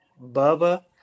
Bubba